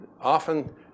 often